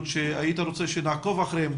לגבי החברה הערבית שהיית רוצה שנעקוב אחריהן,